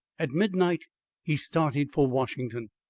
at midnight he started for washington.